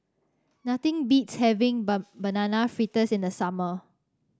nothing beats having Banana Fritters in the summer